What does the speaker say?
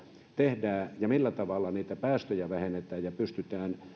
tehdään ja millä tavalla niitä päästöjä vähennetään ja pystytään